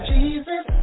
Jesus